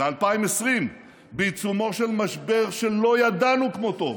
ב-2020, בעיצומו של משבר שלא ידענו כמותו,